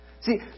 See